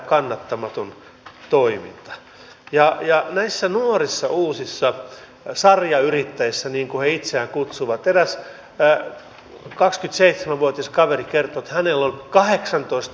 nämä ovat tietysti semmoisia joita me hallituksen sisällä muittenkin ministereiden kesken joudumme sitten miettimään mitä me tässä teemme tähän liittyen